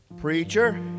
preacher